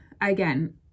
again